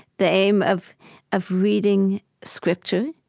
the aim of of reading scripture,